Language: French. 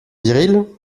viril